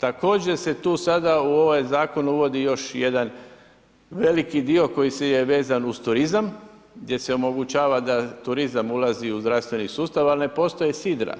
Također se tu sada u ovaj zakon uvodi još jedan veliki dio koji je vezan uz turizam gdje se omogućava da turizam ulazi u zdravstveni sustav, ali ne postoje sidra